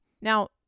Now